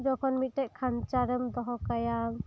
ᱡᱚᱠᱷᱚᱱ ᱢᱤᱫᱴᱮᱱ ᱠᱷᱟᱸᱧᱪᱟᱨᱮᱢ ᱫᱚᱦᱚ ᱠᱟᱭᱟ